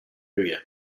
area